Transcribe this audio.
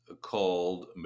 called